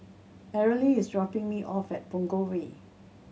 Arely is dropping me off at Punggol Way